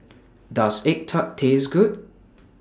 Does Egg Tart Taste Good